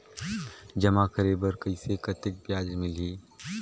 जमा करे बर कइसे कतेक ब्याज मिलही?